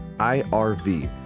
IRV